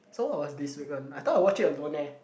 so what was this week one I thought I watch it alone eh